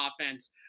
offense